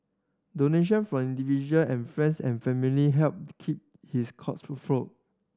donation from individual and friends and family helped keep his cause afloat